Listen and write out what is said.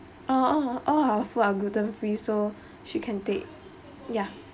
uh all all our food are gluten free so she can take ya